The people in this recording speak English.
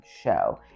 show